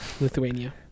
Lithuania